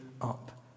up